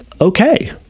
okay